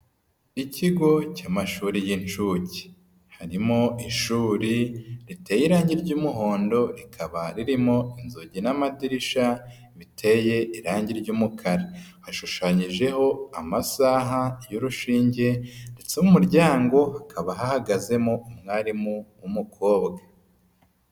Ikigo cy'amashuri y'inshuke harimo ishuri riteye irangi ry'umuhondo rikaba ririmo inzugi n'amadirisha biteye irangi ryumukara, hashushanyijeho amasaha y'urushinge ndetse mu muryango hakaba ahahagazemo umwarimu w'umukobwa.